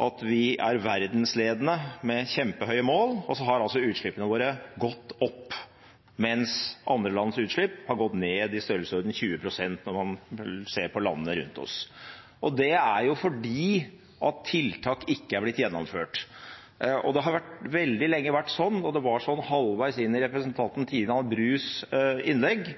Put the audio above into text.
at vi er verdensledende, med kjempehøye mål. Så har utslippene våre gått opp, mens andre lands utslipp har gått ned – i størrelsesorden 20 pst., når man ser på landene rundt oss. Det er fordi tiltak ikke er blitt gjennomført. Det har veldig lenge vært slik – og det var slik halvveis inne i representanten Tina Brus innlegg